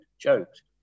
jokes